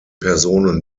personen